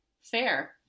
fair